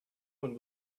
one